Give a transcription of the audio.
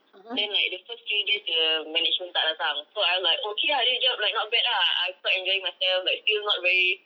then like the first three days the management tak datang so I'm like okay ah this job like not bad ah I quite enjoying myself like still not very